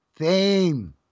fame